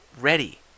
ready